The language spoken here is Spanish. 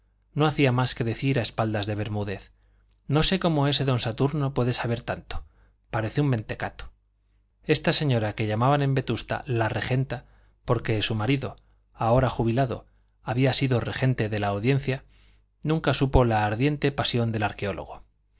no hacía más que decir a espaldas de bermúdez no sé cómo ese don saturno puede saber tanto parece un mentecato esta señora que llamaban en vetusta la regenta porque su marido ahora jubilado había sido regente de la audiencia nunca supo la ardiente pasión del arqueólogo